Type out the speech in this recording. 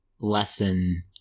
lesson